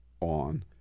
on